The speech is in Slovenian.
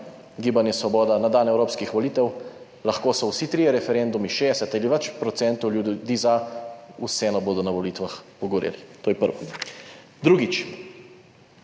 Gibanje Svoboda na dan evropskih volitev. Lahko so vsi trije referendumi, 60 ali več procentov ljudi za - vseeno bodo na volitvah pogoreli. To je prvo. Drugič.